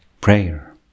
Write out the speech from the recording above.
prayer